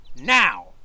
Now